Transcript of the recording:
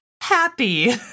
happy